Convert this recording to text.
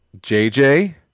JJ